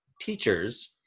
teachers